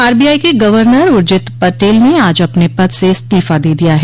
RBI के governor Urjit Patel ने आज अपन पद से इस्तीफा दे दिया है